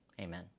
Amen